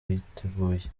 bariteguye